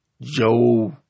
Joe